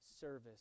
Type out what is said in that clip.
service